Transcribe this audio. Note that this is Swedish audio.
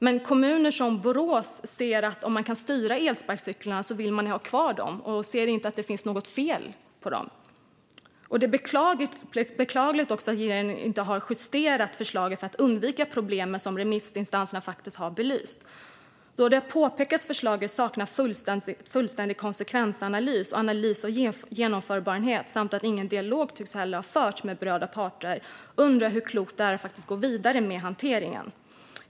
Men i kommuner som Borås vill man ha kvar elsparkcyklarna om man kan styra dem. Man ser inte att det finns något fel med dem. Det är beklagligt att regeringen inte har justerat förslaget för att undvika de problem som remissinstanserna har belyst. Det har påpekats att förslaget saknar fullständiga konsekvensanalys och analys av genomförbarheten. Dessutom tycks inte heller någon dialog ha förts med berörda parter. Jag undrar därför hur klokt det är att gå vidare med den här hanteringen.